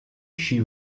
she